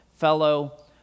Fellow